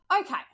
Okay